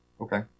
okay